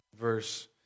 verse